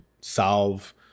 solve